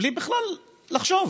בלי בכלל לחשוב